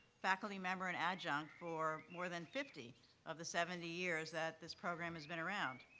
faculty member, and adjunct for more than fifty of the seventy years that this program has been around.